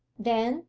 then,